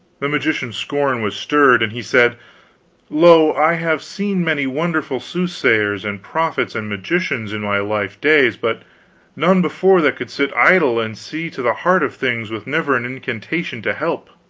the magician's scorn was stirred, and he said lo, i have seen many wonderful soothsayers and prophets and magicians in my life days, but none before that could sit idle and see to the heart of things with never an incantation to help.